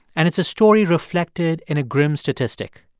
and it's a story reflected in a grim statistic.